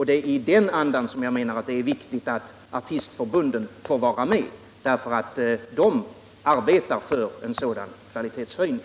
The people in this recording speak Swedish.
Det är i den andan som jag menar att det är viktigt att artistförbunden får vara med i förmedlingsverksamheten, eftersom de arbetar för en sådan kvalitetshöjning.